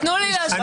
תנו לי להשלים.